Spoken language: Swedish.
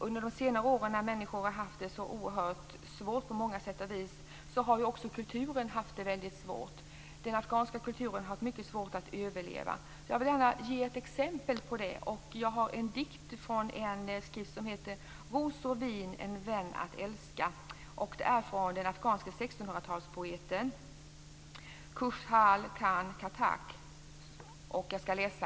Under de senare åren har människor haft så oerhört svårt på många sätt och vis. Också kulturen har haft det väldigt svårt. Den afghanska kulturen har haft mycket svårt att överleva. Jag vill ge ett exempel. Jag har läst en dikt i en skrift som heter Rosor, vin, en vän att älska. Det är en dikt av den afghanska 1600 talspoeten Khushhal Khan Khatak.